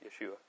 Yeshua